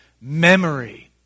memory